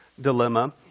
dilemma